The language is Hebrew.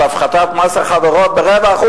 את הפחתת מס החברות ב-0.25%,